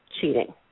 cheating